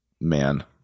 man